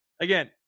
again